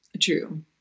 True